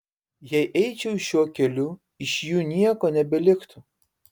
jei eičiau šiuo keliu iš jų nieko nebeliktų